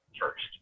first